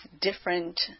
different